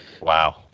Wow